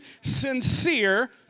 sincere